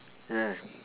yeah